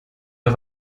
der